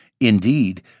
Indeed